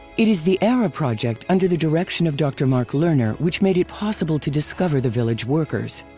it is the aera project under the direction of dr. mark lehner which made it possible to discover the village workers.